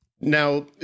Now